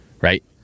right